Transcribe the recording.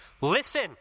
listen